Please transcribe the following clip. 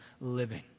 living